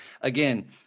again